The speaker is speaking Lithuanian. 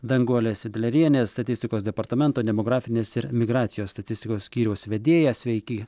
danguolė sidlerienė statistikos departamento demografinės ir migracijos statistikos skyriaus vedėja sveiki